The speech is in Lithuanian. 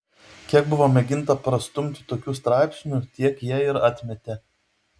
kiek buvo mėginta prastumti tokių straipsnių tiek jie ir atmetė